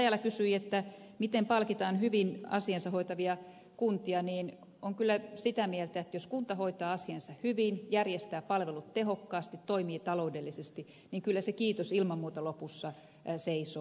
rajala kysyi miten palkitaan hyvin asiansa hoitavia kuntia niin olen kyllä sitä mieltä että jos kunta hoitaa asiansa hyvin järjestää palvelut tehokkaasti toimii taloudellisesti niin kyllä se kiitos ilman muuta lopussa seisoo